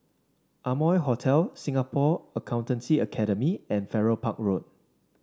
Amoy Hotel Singapore Accountancy Academy and Farrer Park Road